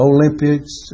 Olympics